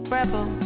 rebel